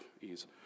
ease